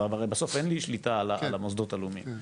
בסוף אין לי שליטה על המוסדות הלאומיים,